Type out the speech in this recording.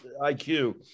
IQ